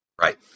Right